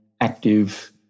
active